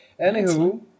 anywho